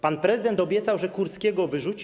Pan prezydent obiecał, że Kurskiego wyrzuci.